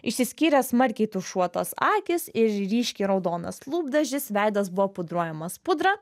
išsiskyrė smarkiai tušuotos akys ir ryškiai raudonas lūpdažis veidas buvo pudruojamas pudra